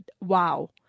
wow